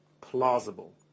plausible